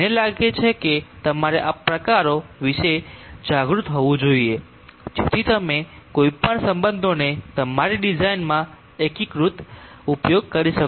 મને લાગે છે કે તમારે આ પ્રકારો વિશે જાગૃત હોવું જોઈએ જેથી તમે કોઈ પણ સંબંધોને તમારી ડિઝાઇનમાં એકીકૃત ઉપયોગ કરી શકો